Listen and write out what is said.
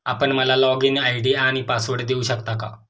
आपण मला login ID आणि पासवर्ड देऊ शकता का?